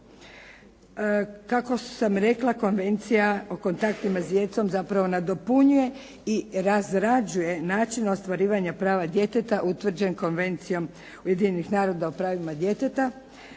Kako sam rekla Konvencija o kontaktima s djecom zapravo nadopunjuje i razrađuje način ostvarivanja prava djeteta utvrđen Konvencijom Ujedinjenih naroda o pravima djeteta